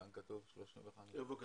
כאן כתוב 35%. איפה כתוב?